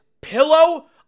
pillow